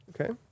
Okay